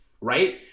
right